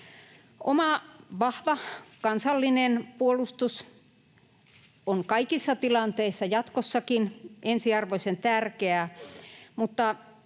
Oma vahva kansallinen puolustus on kaikissa tilanteissa jatkossakin ensiarvoisen tärkeää, mutta